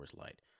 Light